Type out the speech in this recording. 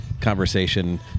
conversation